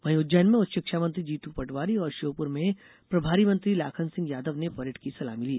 वहीं उज्जैन में उच्च शिक्षा मंत्री जीतू पटवारी और श्योपुर में प्रभारी मंत्री लाखन सिंह यादव ने परेड की सलामी ली